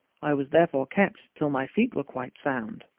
i was therefore kept till my feet were quite sound,